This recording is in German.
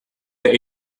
der